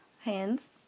hands